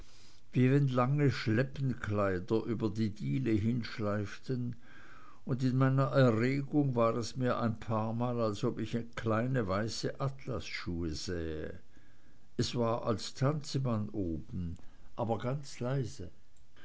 wie wenn lange schleppenkleider über die diele hinschleiften und in meiner erregung war es mir ein paarmal als ob ich kleine weiße atlasschuhe sähe es war als tanze man oben aber ganz leise